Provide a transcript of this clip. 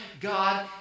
God